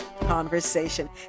conversation